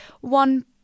one